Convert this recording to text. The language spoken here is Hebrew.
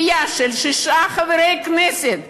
סיעה של שישה חברי כנסת,